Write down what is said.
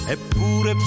Eppure